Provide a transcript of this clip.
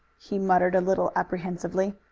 he muttered a little apprehensively.